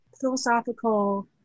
philosophical